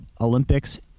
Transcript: Olympics